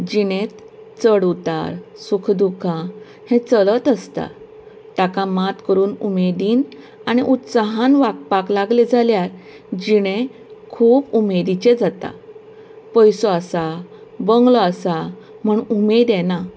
जिणेंत चड उतार सुख दुखां हें चलत आसता ताका मात करून उमेदीन आनी उत्साहान वागपाक लागलें जाल्यार जिणें खूप उमेदीचें जाता पयसो आसा बंगलो आसा म्हण उमेद येना